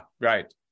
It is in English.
right